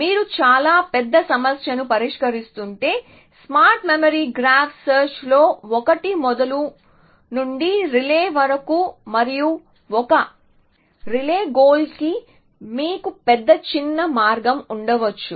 మీరు చాలా పెద్ద సమస్యను పరిష్కరిస్తుంటే స్మార్ట్ మెమరీ గ్రాఫ్ సెర్చ్లో 1 మొదలు నుండి రిలే వరకు మరియు 1 రిలే గోల్కి మీకు పెద్ద చిన్న మార్గం ఉండవచ్చు